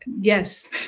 Yes